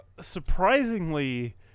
Surprisingly